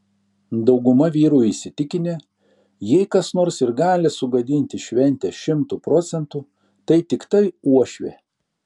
dauguma vyrų įsitikinę jei kas nors ir gali sugadinti šventę šimtu procentų tai tiktai uošvė